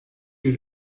yüz